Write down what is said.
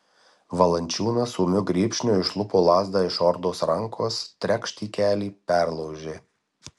valančiūnas ūmiu grybšniu išlupo lazdą iš ordos rankos trekšt į kelį perlaužė